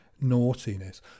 naughtiness